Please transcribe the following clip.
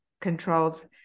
controls